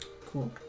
Cool